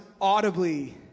audibly